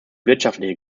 wirtschaftliche